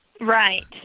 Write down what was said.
Right